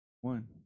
One